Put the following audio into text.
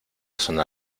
zona